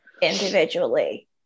individually